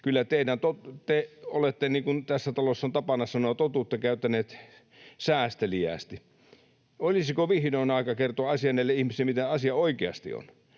kyllä te olette, niin kuin tässä talossa on tapana sanoa, totuutta käyttäneet säästeliäästi. Olisiko vihdoin aika kertoa näille ihmisille, miten asia oikeasti on?